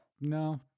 No